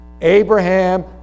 Abraham